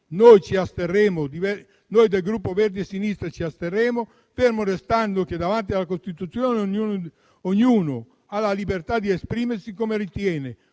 Alleanza Verdi e Sinistra ci asterremo, fermo restando che davanti alla Costituzione ognuno ha la libertà di esprimersi come ritiene,